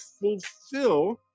fulfill